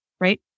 right